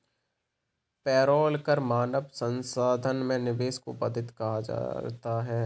payroll कर मानव संसाधन में निवेश को बाधित करता है